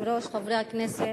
הכנסת,